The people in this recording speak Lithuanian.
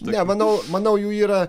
ne manau manau jų yra